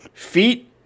Feet